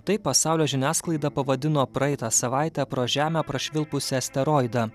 taip pasaulio žiniasklaida pavadino praeitą savaitę pro žemę prašvilpusį asteroidą